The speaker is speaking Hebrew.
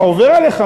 מה עובר עליך,